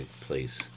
please